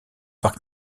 parc